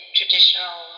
traditional